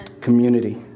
Community